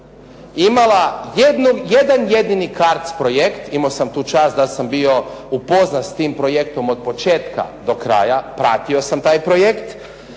Imala jedan jedini CARDS projekt, imao sam tu čast da sam bio upoznat s tim projektom od početka do kraja, pratio sam taj projekt.